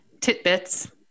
tidbits